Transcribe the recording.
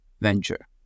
venture